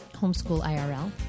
homeschoolirl